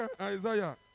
Isaiah